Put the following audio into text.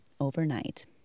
overnight